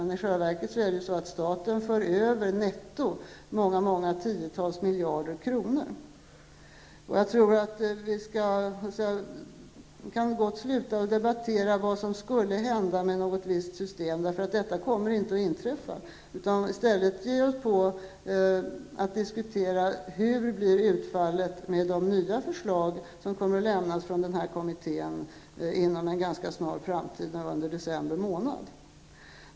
I själva verket för staten över många tiotals miljarder kronor netto. Vi kan gott sluta debattera vad som skulle hända med ett visst system, för detta kommer inte att inträffa. I stället bör vi ge oss på att diskutera hur utfallet blir med de nya förslag som kommer att lämnas av den nämnda kommittén inom en ganska snar framtid, någon gång under december månad.